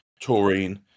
Taurine